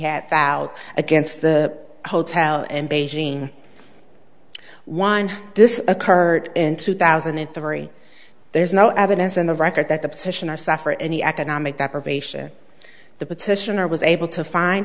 had found against the hotel in beijing one this occurred in two thousand and three there's no evidence in the record that the position are suffer any economic deprivation the petitioner was able to find